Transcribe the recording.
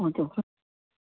okay sir